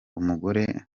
umugore